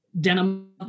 denim